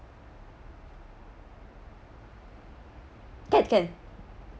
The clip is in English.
can can